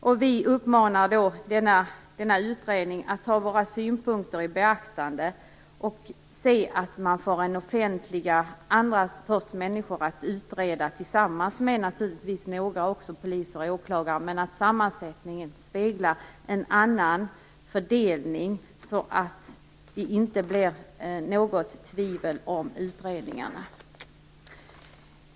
Vi i Miljöpartiet uppmanar denna utredning att ta våra synpunkter i beaktande och se till att en annan sorts människor får utreda brottsmisstankar, naturligtvis i samarbete med några poliser och åklagare. Sammansättningen måste alltså spegla en annan fördelning, så att inget tvivel om utredningarna kan uppstå.